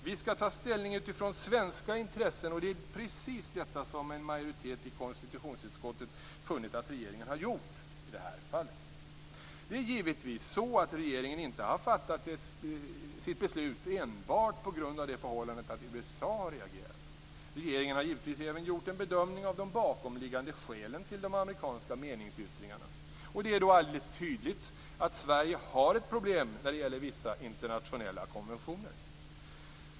Vi skall ta ställning utifrån svenska intressen, och det är precis detta som en majoritet i konstitutionsutskottet har funnit att regeringen har gjort i det här fallet. Regeringen har inte fattat sitt beslut enbart på grund av det förhållandet att USA har reagerat. Regeringen har givetvis även gjort en bedömning av de bakomliggande skälen till de amerikanska meningsyttringarna. Det är då alldeles tydligt att Sverige har ett problem när det gäller vissa internationella konventioner.